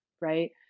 right